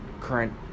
current